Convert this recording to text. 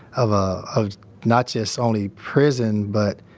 of, ah, of not just only prison but